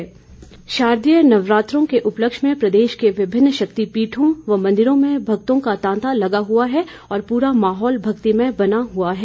नवरात्र शारदीय नवरात्रों के उपलक्ष्य में प्रदेश के विभिन्न शक्पिठों व मंदिरों में भक्तों का तांता लगा हुआ है और पूरा माहौल भक्तिमय बना हुआ है